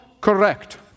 correct